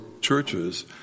churches